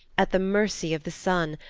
at the mercy of the sun,